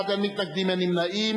32 בעד, אין מתנגדים, אין נמנעים.